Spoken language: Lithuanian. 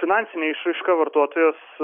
finansine išraiška vartotojas